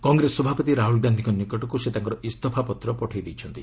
କଂଗ୍ରେସ ସଭାପତି ରାହୁଲ ଗାନ୍ଧିଙ୍କ ନିକଟକୁ ସେ ତାଙ୍କର ଇସଫାପତ୍ର ପଠାଇ ଦେଇଛନ୍ତି